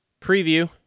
preview